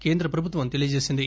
కేంద్ర ప్రభుత్వం తెలియజేసింది